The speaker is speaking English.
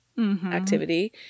activity